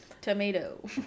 Tomato